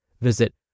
Visit